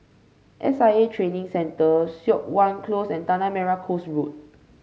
S I A Training Centre Siok Wan Close and Tanah Merah Coast Road